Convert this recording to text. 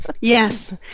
Yes